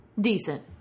decent